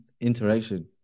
Interaction